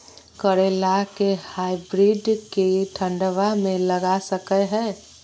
करेला के हाइब्रिड के ठंडवा मे लगा सकय हैय?